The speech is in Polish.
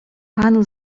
panu